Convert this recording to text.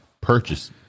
purchase